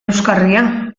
euskarria